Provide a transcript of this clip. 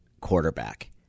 quarterback